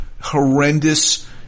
horrendous